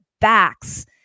backs